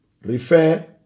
Refer